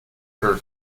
her